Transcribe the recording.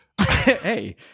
Hey